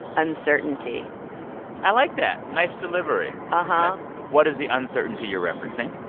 uncertainty i like that, nice delivery. but what is the uncertainty you're referencing?